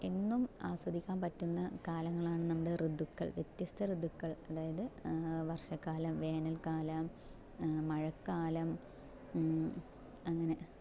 എന്നും ആസ്വദിക്കാൻ പറ്റുന്ന കാലങ്ങളാണ് നമ്മുടെ ഋതുക്കൾ വ്യത്യസ്ത ഋതുക്കൾ അതായത് വർഷക്കാലം വേനൽക്കാലം മഴക്കാലം അങ്ങനെ